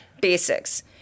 Basics